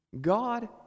God